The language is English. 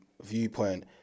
viewpoint